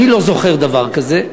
אני לא זוכר דבר כזה,